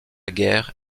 guerre